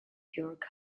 york